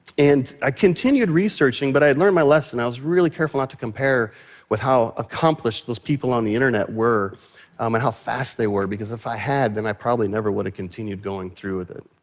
and i continued researching, but i had learned my lesson. i was really careful not to compare with how accomplished those people on the internet were um and how fast they were, because if i had, and i probably never would have continued going through with it.